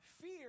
fear